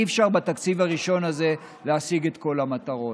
אי-אפשר בתקציב הראשון הזה להשיג את כל המטרות,